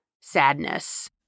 sadness